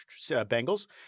Bengals